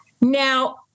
Now